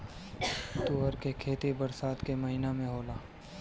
तूअर के खेती बरसात के महिना में होला